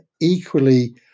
equally